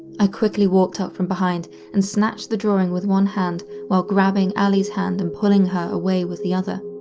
i quickly walked up from behind and snatched the drawing with one hand while grabbing allie's hand and pulling her away with the other.